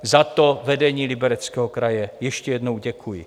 Za to vedení Libereckého kraje ještě jednou děkuji.